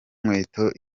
nkweto